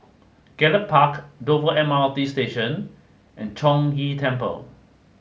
Gallop Park Dover M R T Station and Chong Ghee Temple